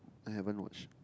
I haven't watch